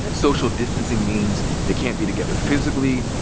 social distancing means they can't be together physically,